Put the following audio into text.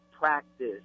practice